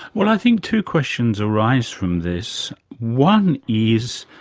well, i think two questions arise from this. one is,